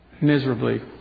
miserably